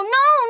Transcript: no